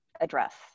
address